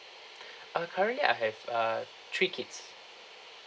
uh currently I have uh three kids